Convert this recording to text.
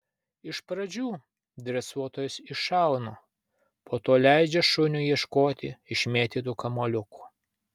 iš pradžių dresuotojas iššauna po to leidžia šuniui ieškoti išmėtytų kamuoliukų